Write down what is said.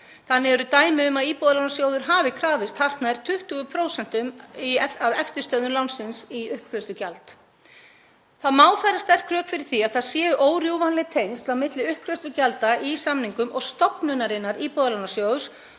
Þannig eru dæmi um að Íbúðalánasjóður hafi krafist hartnær 20% af eftirstöðvum lánsins í uppgreiðslugjald. Það má færa sterk rök fyrir því að það séu órjúfanleg tengsl á milli uppgreiðslugjalda í samningum og stofnunarinnar Íbúðalánasjóðs